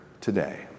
today